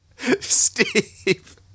Steve